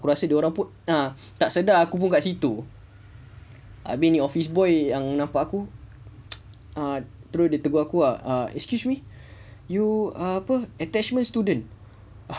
aku rasa dia orang pun ah tak sedar aku ada kat situ abeh ni office boy yang nampak aku terus dia tegur aku ah ah excuse me you are uh apa attachment student